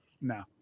no